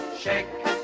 shake